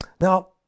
Now